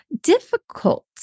difficult